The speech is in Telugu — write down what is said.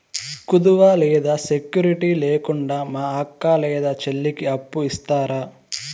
కుదువ లేదా సెక్యూరిటి లేకుండా మా అక్క లేదా చెల్లికి అప్పు ఇస్తారా?